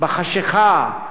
בחשכה,